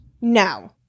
No